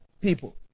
people